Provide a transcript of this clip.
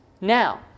Now